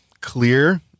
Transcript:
clear